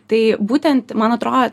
tai būtent man atro